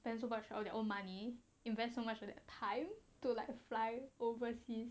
depends on much of their own money invest so much of that time to like fly overseas